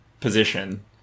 position